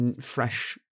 fresh